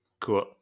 Cool